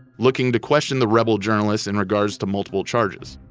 looking to question the rebel journalist in regards to multiple charges.